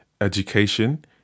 education